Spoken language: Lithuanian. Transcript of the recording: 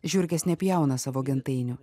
žiurkės nepjauna savo gentainių